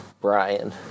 Brian